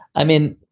i mean,